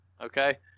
okay